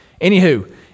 anywho